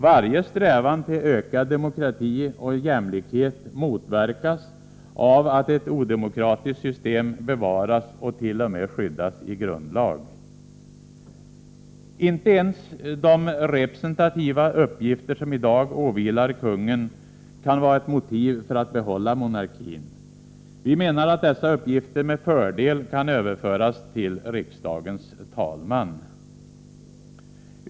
Varje strävan till ökad demokrati och jämlikhet motverkas av att ett odemokratiskt system bevaras och t.o.m. skyddas i grundlag. Inte ens de representativa uppgifter som i dag åvilar kungen kan vara motiv för att behålla monarkin. Vi menar att dessa uppgifter med fördel kan överföras till riksdagens talman.